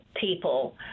people